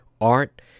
art